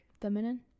feminine